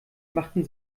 machten